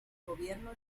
gobierno